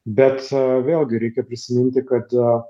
bet vėlgi reikia prisiminti kad